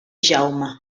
jaume